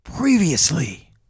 Previously